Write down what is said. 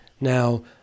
Now